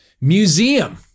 museum